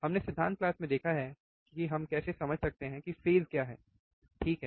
हमने सिद्धांत क्लास में देखा है कि हम कैसे समझ सकते हैं कि फेज़ क्या हैं ठीक है